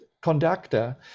conductor